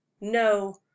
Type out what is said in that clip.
no